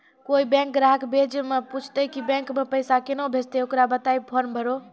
कोय बैंक ग्राहक बेंच माई पुछते की बैंक मे पेसा केना भेजेते ते ओकरा बताइबै फॉर्म भरो